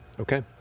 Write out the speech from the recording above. Okay